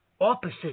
opposite